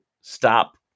stop